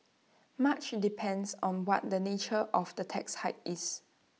much in depends on what the nature of the tax hike is